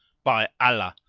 by allah,